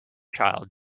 child